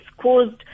caused